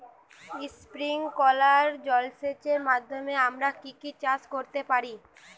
Sprinkler জলসেচের মাধ্যমে আমরা কি কি চাষ করতে পারি?